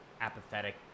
apathetic